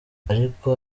ariko